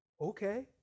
Okay